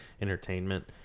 entertainment